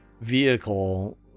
vehicle